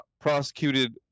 prosecuted